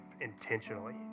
intentionally